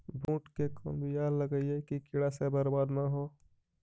बुंट के कौन बियाह लगइयै कि कीड़ा से बरबाद न हो?